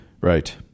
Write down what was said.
right